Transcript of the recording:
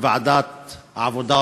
בוועדת העבודה,